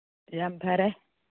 ꯌꯥꯝ ꯐꯔꯦ